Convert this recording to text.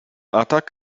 atak